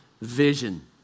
vision